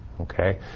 Okay